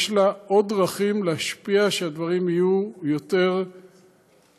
יש לה עוד דרכים להשפיע שהדברים יהיו יותר מכובדים.